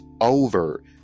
over